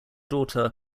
daughter